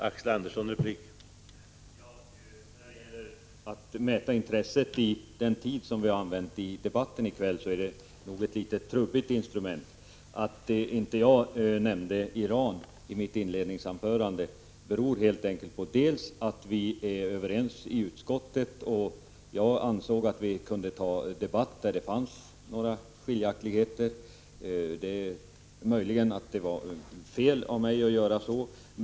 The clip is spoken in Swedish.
Herr talman! Att mäta intresset med vår taletid i debatten i kväll är att använda ett trubbigt instrument. Att jag inte nämnde Iran i mitt inledningsanförande beror helt enkelt på att vi i utskottet är överens och att jag därför ansåg att debatten kunde föras om de frågor där det fanns skiljaktigheter. Möjligen var det fel av mig att göra så.